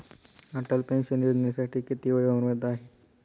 Atal pension योजनेसाठी किती वयोमर्यादा आहे?